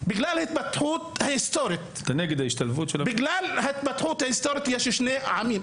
בגלל ההתפתחות ההיסטורית יש שני עמים.